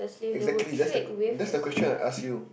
exactly that's the q~ that's the question I ask you